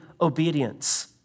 obedience